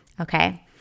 Okay